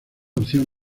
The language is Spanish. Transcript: opción